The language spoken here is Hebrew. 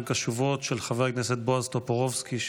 קשובות של חבר הכנסת בועז טופורובסקי,